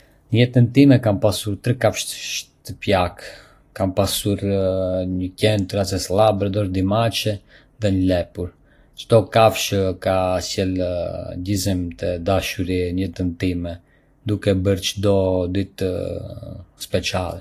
Në jetën time, kam pasur tre kafshë shtëpiake. Kam pasur një qen të racës Labrador, dy mace dhe një lepur. Çdo kafshë ka sjellë gëzim dhe dashuri në jetën time, duke e bërë çdo ditë të veçantë.